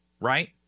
right